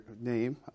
name